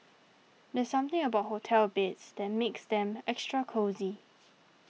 there's something about hotel beds that makes them extra cosy